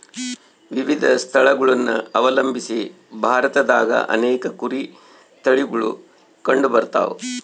ವಿವಿಧ ಸ್ಥಳಗುಳನ ಅವಲಂಬಿಸಿ ಭಾರತದಾಗ ಅನೇಕ ಕುರಿ ತಳಿಗುಳು ಕಂಡುಬರತವ